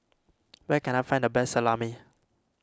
where can I find the best Salami